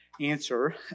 answer